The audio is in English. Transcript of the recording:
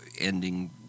ending